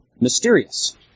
mysterious